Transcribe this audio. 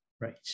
Right